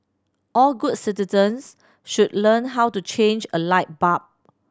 all good citizens should learn how to change a light bulb